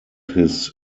his